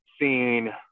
seen